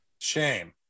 shame